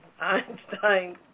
Einstein